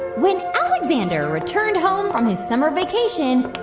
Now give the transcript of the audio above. when alexander returned home from his summer vacation.